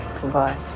Goodbye